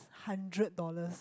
hundred dollars